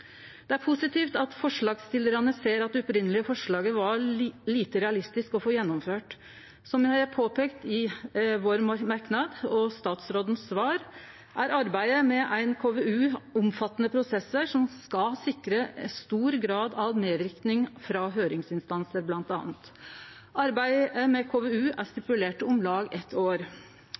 forslagsstillarane ser at det opphavlege forslaget var lite realistisk å få gjennomført. Som vi har påpeika i vår merknad og i svaret frå statsråden, er arbeidet med ein KVU omfattande prosessar som skal sikre stor grad av medverknad frå bl.a. høyringsinstansar. Arbeidet med KVU-en er stipulert til å vare om lag eitt år.